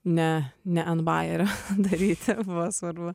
ne ne ant bajerio daryti buvo svarbu